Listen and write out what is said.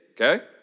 Okay